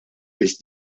biss